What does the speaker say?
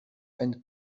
and